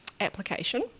application